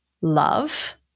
love